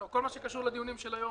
כל מה שקשור לדיונים שיהיו היום,